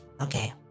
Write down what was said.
Okay